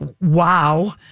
wow